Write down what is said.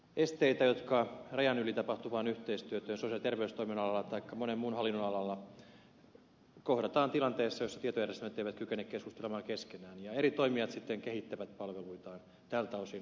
esteitä rajan yli tapahtuvalle yhteistyölle sosiaali ja terveystoimen alalla taikka monella muulla hallinnonalalla kohdataan tilanteessa jossa tietojärjestelmät eivät kykene keskustelemaan keskenään ja eri toimijat sitten kehittävät palveluitaan tältä osin